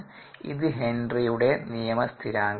ഇത് ഹെൻറിയുടെ നിയമസ്ഥിരാങ്കമാണ്